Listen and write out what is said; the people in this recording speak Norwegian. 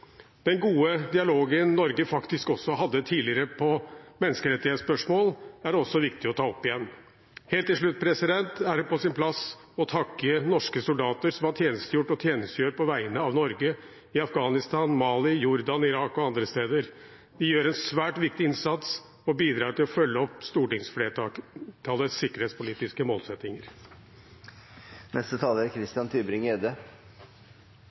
Den gode dialogen Norge faktisk hadde tidligere om menneskerettighetsspørsmål, er også viktig å ta opp igjen. Helt til slutt er det på sin plass å takke norske soldater som har tjenestegjort og tjenestegjør på vegne av Norge i Afghanistan, Mali, Jordan, Irak og andre steder. De gjør en svært viktig innsats og bidrar til å følge opp stortingsflertallets sikkerhetspolitiske